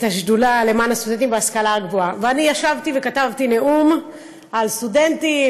אני ישבתי וכתבתי נאום על סטודנטים,